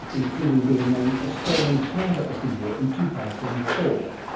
including being named australian father of the year in two thousand and four,